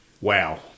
Wow